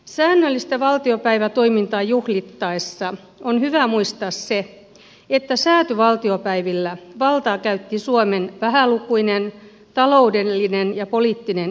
säännöllistä valtiopäivätoimintaa juhlittaessa on hyvä muistaa se että säätyvaltiopäivillä valtaa käytti suomen vähälukuinen taloudellinen ja poliittinen eliitti